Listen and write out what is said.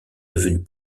devenues